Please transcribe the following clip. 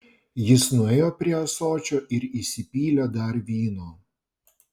jis nuėjo prie ąsočio ir įsipylė dar vyno